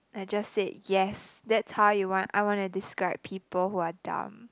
I just said yes that's how you want I wanna describe people who are dumb